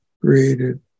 created